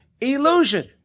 Illusion